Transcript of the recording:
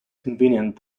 convenient